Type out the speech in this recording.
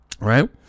right